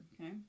okay